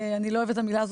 אני לא אוהבת את המילה הזאת,